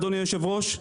אדוני היושב-ראש,